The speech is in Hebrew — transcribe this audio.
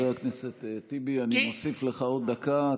חבר הכנסת טיבי, אני מוסיף לך עוד דקה.